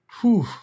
Whew